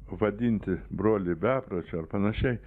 vadinti brolį bepročiu ar panašiai